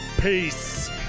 Peace